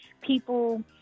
people